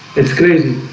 it's crazy.